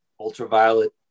ultraviolet